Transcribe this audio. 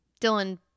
Dylan